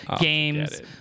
games